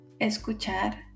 escuchar